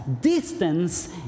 distance